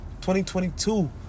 2022